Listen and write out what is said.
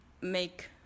make